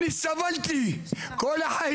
סבלתי כל החיים,